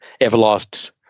Everlast